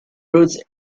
roots